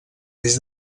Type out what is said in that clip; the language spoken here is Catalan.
des